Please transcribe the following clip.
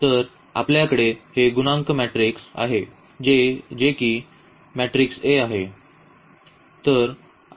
तर आपल्याकडे हे गुणांक मॅट्रिक्स आहे जे की मेट्रिक्स A आहे